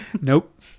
Nope